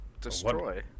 Destroy